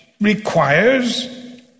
requires